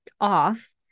off